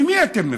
ממי אתם מפחדים?